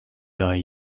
die